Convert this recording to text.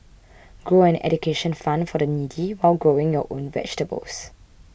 grow an education fund for the needy while growing your own vegetables